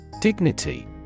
Dignity